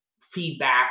feedback